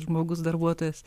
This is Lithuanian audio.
žmogus darbuotojas